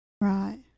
Right